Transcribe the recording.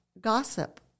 gossip